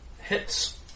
Hits